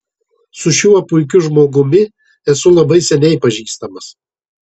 su šiuo puikiu žmogumi esu labai seniai pažįstamas